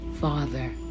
Father